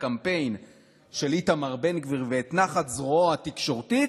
של איתמר בן גביר ואת נחת זרועו התקשורתית,